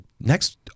next